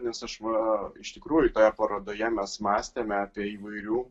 nes aš va iš tikrųjų toje parodoje mes mąstėme apie įvairių